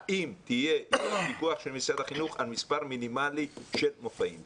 האם יהיה פיקוח של משרד החינוך על מספר מינימלי של מופעים?